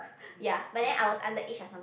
ya but then I was underage or some